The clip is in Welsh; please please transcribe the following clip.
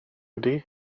ydy